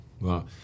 Wow